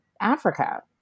Africa